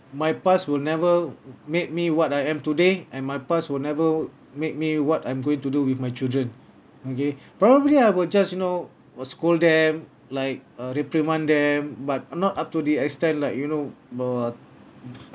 my past will never made me what I am today and my pass will never make me what I'm going to do with my children okay probably I will just you know what scold them like uh reprimand them but not up to the extent like you know but